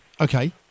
Okay